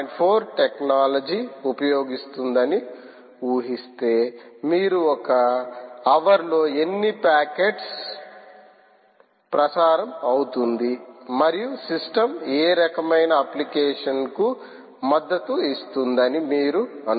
4 technology ఉపయోగిస్తుందని ఊహిస్తే మీరు ఒక హవర్ లో ఎన్ని ప్యాకెట్లు ప్రసారం అవుతుంది మరియు సిస్టమ్ ఏ రకమైన అప్లికేషన్ కు మద్దతు ఇస్తుందని మీరు అనుకోవచ్చు